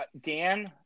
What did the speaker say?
Dan